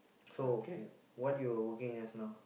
so w~ what you are working as now